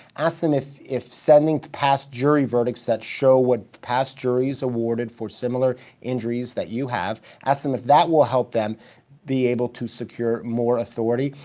ask them if if sending past jury verdicts that show what past juries awarded for similar injuries that you have, ask them if that will help them be able to secure more authority.